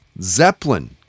Zeppelin